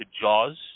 Jaws